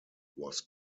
was